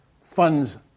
funds